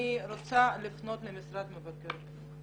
אני רוצה לפנות למשרד מבקר המדינה.